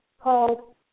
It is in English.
called